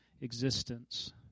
existence